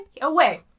away